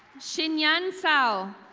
shin yun sao,